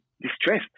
distressed